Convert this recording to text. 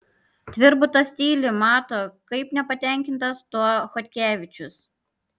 tvirbutas tyli mato kaip nepatenkintas tuo chodkevičius